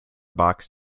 box